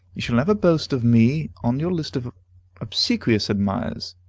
you shall never boast of me on your list of obsequious admirers.